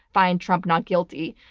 find trump not guilty,